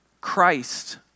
Christ